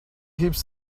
keeps